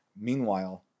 Meanwhile